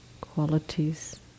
qualities